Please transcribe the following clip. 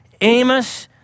Amos